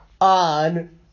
on